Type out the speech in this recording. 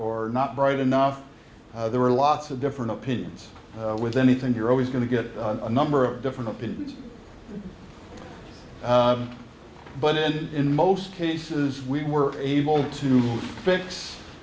bright enough there were lots of different opinions with anything you're always going to get a number of different opinions but it ended in most cases we were able to fix